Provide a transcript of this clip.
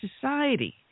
society